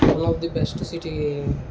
one of the best city